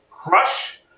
Crush